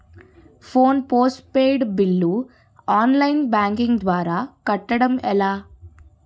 Phone postpaid bill online banking ద్వారా కట్టడం ఎలా?